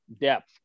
depth